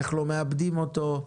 איך לא מאבדים אותו,